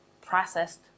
processed